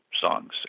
songs